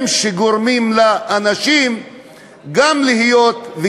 הם שגורמים לאנשים גם להיות נגד,